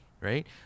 right